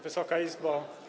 Wysoka Izbo!